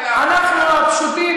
אנחנו הפשוטים,